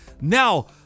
Now